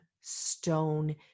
stone